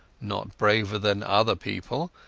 not braver than other people,